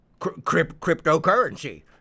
cryptocurrency